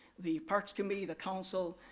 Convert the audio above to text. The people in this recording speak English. the parks committee, the council,